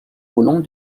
volant